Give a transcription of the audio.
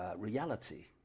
reality,